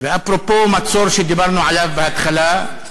ואפרופו מצור שדיברנו עליו בהתחלה,